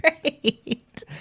great